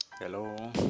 Hello